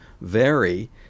vary